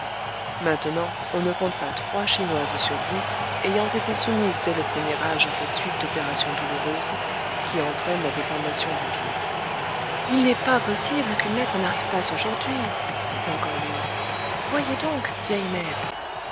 maintenant on ne compte pas trois chinoises sur dix ayant été soumises dès le premier âge à cette suite d'opérations douloureuses qui entraînent la déformation du pied il n'est pas possible qu'une lettre n'arrive pas aujourd'hui dit encore lé ou voyez donc vieille mère